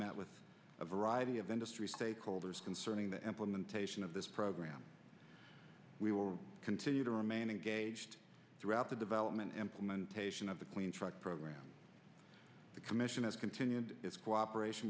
met with a variety of industry stakeholders concerning the implementation of this program we will continue to remain engaged throughout the development implementation of the clean truck program the commission has continued its cooperation